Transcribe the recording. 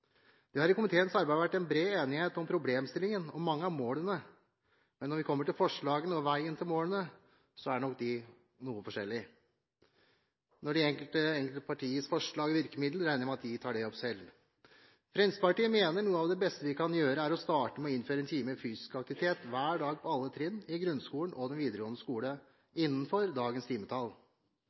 Det har i komiteens arbeid vært bred enighet om problemstillingen og mange av målene, men når vi kommer til forslagene og veien til målene, er nok de noe forskjellige. Når det gjelder de enkelte partiers forslag og virkemidler, regner jeg med at de selv tar det opp. Fremskrittspartiet mener at noe av det beste vi kan gjøre, er å starte med å innføre en time fysisk aktivitet hver dag på alle trinn i grunnskolen og den videregående skole innenfor dagens timetall.